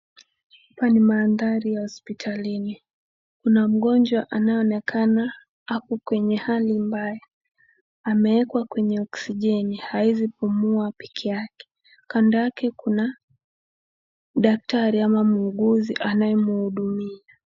Hapa ni mandhari ya hospitalini. Kuna mgonjwa anayeonekana ako kwenye hali mbaya. Amewekwa kwenye oksijeni hawezi pumua peke yake. Kando yake kuna daktari ama muuguzi anayemuhudumia.